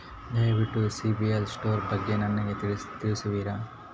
ದಯವಿಟ್ಟು CIBIL score ಬಗ್ಗೆ ನನಗೆ ತಿಳಿಸುವಿರಾ?